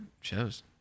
shows